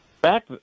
back